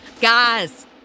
guys